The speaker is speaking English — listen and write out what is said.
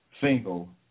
single